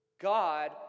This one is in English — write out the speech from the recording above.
God